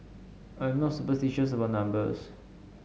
I'm not superstitious about numbers